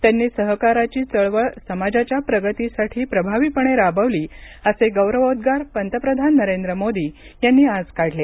त्यांनी सहकाराची चळवळ समाजाच्या प्रगतीसाठी प्रभावीपणे राबवली असे गौरवोद्गार पंतप्रधान नरेंद्र मोदी यांनी आज काढले